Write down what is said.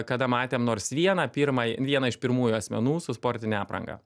kada matėm nors vieną pirmą vieną iš pirmųjų asmenų su sportine apranga